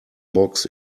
box